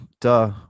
Duh